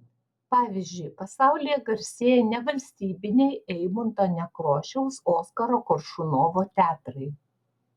pavyzdžiui pasaulyje garsėja nevalstybiniai eimunto nekrošiaus oskaro koršunovo teatrai